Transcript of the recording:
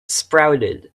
sprouted